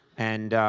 and